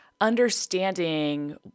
understanding